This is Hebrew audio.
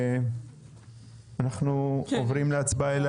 אנחנו עוברים להצבעה,